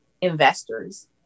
investors